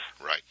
Right